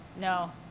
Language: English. No